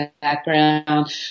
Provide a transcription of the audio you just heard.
background